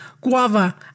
guava